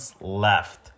left